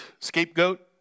scapegoat